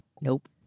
Nope